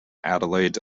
adelaide